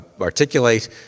articulate